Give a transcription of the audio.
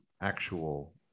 actual